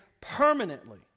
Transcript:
permanently